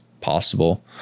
possible